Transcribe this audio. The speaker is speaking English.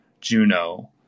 Juno